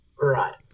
Right